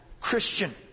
Christian